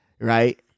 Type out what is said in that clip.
right